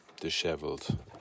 disheveled